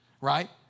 Right